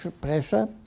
pressure